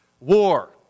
War